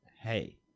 hey